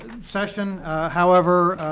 session however,